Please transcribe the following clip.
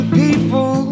people